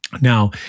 Now